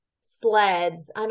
sleds